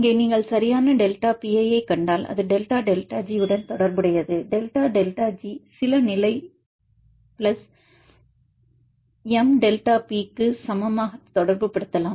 இங்கே நீங்கள் சரியான டெல்டா பிஐக் கண்டால் அது டெல்டா டெல்டா ஜி உடன் தொடர்புடையது டெல்டா டெல்டா ஜி சில நிலை பிளஸ் எம் டெல்டா பிக்கு constant mdeltaP சமமாக தொடர்புபடுத்தலாம்